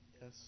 Yes